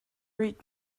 read